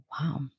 Wow